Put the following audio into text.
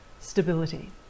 stability